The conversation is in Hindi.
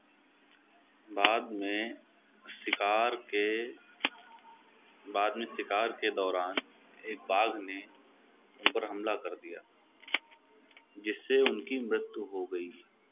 बाद में शिकार के बाद में शिकार के दौरान एक बाघ ने उन पर हमला कर दिया जिससे उनकी मृत्यु हो गई